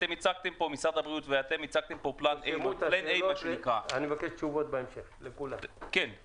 משרד הבריאות ואתם הצגתם פה תוכנית אחת, תגידו לי